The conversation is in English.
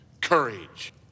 courage